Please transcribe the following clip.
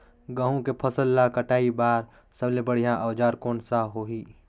गहूं के फसल ला कटाई बार सबले बढ़िया औजार कोन सा होही?